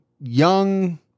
young